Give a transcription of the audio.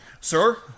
Sir